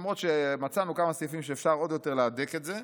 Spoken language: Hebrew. למרות שמצאנו כמה סעיפים שאפשר עוד יותר להדק את זה.